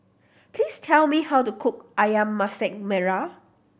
please tell me how to cook Ayam Masak Merah